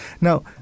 Now